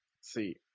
See